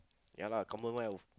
ya lah commonwealth